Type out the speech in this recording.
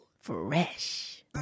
Fresh